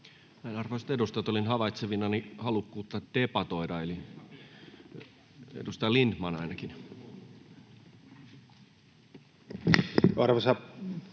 Arvoisat edustajat, olin havaitsevinani halukkuutta debatoida, [Timo Heinonen: Ei ihan